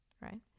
Right